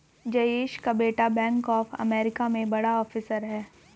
जयेश का बेटा bank of America में बड़ा ऑफिसर है